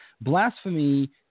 blasphemy